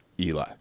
Eli